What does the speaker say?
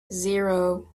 zero